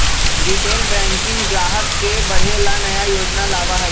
retail banking ग्राहक के बढ़े ला नया योजना लावा हई